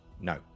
No